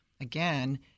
again